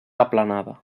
aplanada